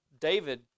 David